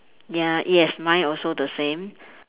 ya yes mine also the same